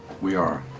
we are